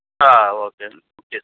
okay చేసుకుంటాను